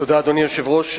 תודה, אדוני היושב-ראש.